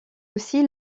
aussi